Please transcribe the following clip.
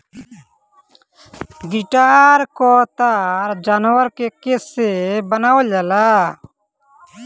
guitar क तार जानवर के केस से बनावल जाला